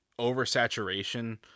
oversaturation